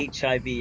HIV